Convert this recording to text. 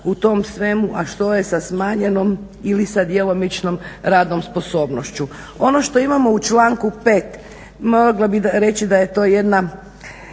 u tom svemu a što je sa smanjenom ili sa djelomičnom radnom sposobnošću. Ono što imamo u članku 5., mogla bih reći da je to jedna